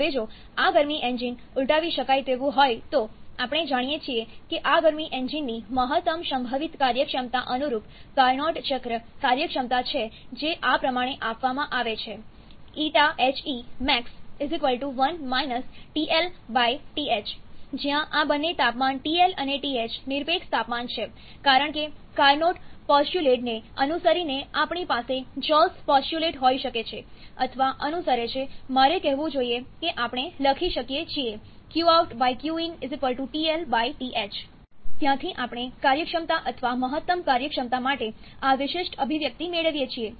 હવે જો આ ગરમી એન્જીન ઉલટાવી શકાય તેવું હોય તો આપણે જાણીએ છીએ કે આ ગરમી એન્જીનની મહત્તમ સંભવિત કાર્યક્ષમતા અનુરૂપ કાર્નોટ ચક્ર કાર્યક્ષમતા છે જે આ પ્રમાણે આપવામાં આવે છે ƞHEmax 1 TL TH જ્યાં આ બંને તાપમાન TL અને TH નિરપેક્ષ તાપમાન છે કારણ કે કાર્નોટ પોસ્ચ્યુલેટને અનુસરીને આપણી પાસે જૉલ્સ પોસ્ચ્યુલેટ હોઈ શકે છે અથવા અનુસરે છે મારે કહેવું જોઈએ કે આપણે લખી શકીએ છીએ QoutQin TL TH ત્યાંથી આપણે કાર્યક્ષમતા અથવા મહત્તમ કાર્યક્ષમતા માટે આ વિશિષ્ટ અભિવ્યક્તિ મેળવીએ છીએ